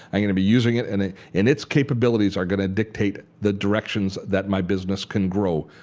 and going to be using it and it and its capabilities are going to dictate the directions that my business can grow.